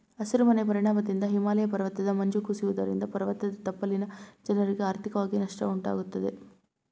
ಹಸಿರು ಮನೆ ಪರಿಣಾಮದಿಂದ ಹಿಮಾಲಯ ಪರ್ವತದ ಮಂಜು ಕುಸಿಯುವುದರಿಂದ ಪರ್ವತದ ತಪ್ಪಲಿನ ಜನರಿಗೆ ಆರ್ಥಿಕವಾಗಿ ನಷ್ಟ ಉಂಟಾಗುತ್ತದೆ